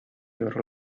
your